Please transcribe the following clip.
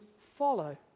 follow